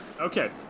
Okay